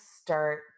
start